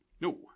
No